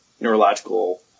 neurological